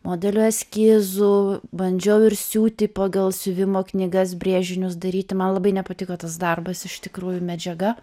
modelių eskizų bandžiau ir siūti pagal siuvimo knygas brėžinius daryti man labai nepatiko tas darbas iš tikrųjų medžiaga